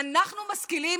אנחנו משכילים,